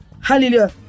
hallelujah